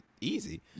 easy